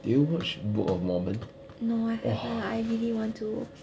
did you watch book of mormon